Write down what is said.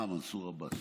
מנסור עבאס.